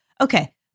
Okay